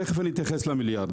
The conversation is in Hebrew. תכף אני אתייחס גם למיליארד.